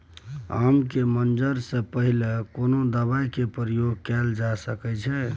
आम के मंजर से पहिले कोनो दवाई के प्रयोग कैल जा सकय अछि?